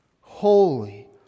Holy